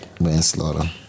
Manslaughter